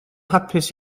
hapus